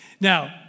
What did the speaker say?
Now